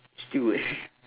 steward